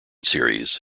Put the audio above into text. series